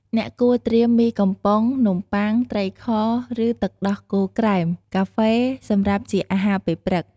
អ្នកគួរត្រៀមមីកំប៉ុង នំបុ័ង ត្រីខ ឬទឹកដោះគោក្រែម កាហ្វេ សម្រាប់ជាអាហារពេលព្រឹក ។